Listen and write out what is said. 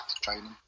training